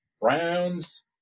Browns